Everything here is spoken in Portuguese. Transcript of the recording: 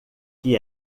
que